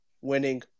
winning